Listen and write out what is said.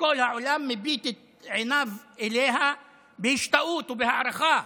שכל העולם מביט עליה בהשתאות ובהערכה.